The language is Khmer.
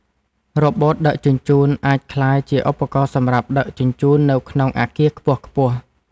រ៉ូបូតដឹកជញ្ជូន អាចក្លាយជាឧបករណ៍សម្រាប់ដឹកជញ្ជូននៅក្នុងអគារខ្ពស់ៗ។